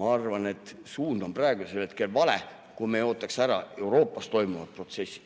Ma arvan, et suund on praegusel hetkel vale, kui me ei oota ära Euroopas toimuvaid protsesse.